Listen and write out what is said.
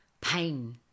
pain